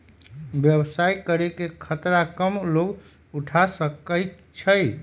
व्यवसाय करे के खतरा कम लोग उठा सकै छै